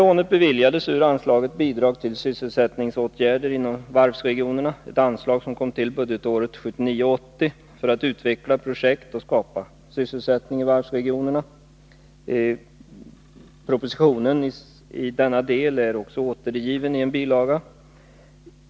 Lånet beviljades ur anslaget Bidrag till sysselsättningsåtgärder inom varvsregionerna, ett anslag som kom till budgetåret 1979/80 för att utveckla projekt och skapa sysselsättning i varvsregionerna. Propositionen i denna del är också återgiven.